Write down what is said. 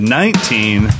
nineteen